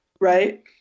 right